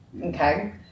Okay